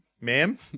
ma'am